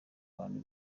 bantu